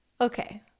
Okay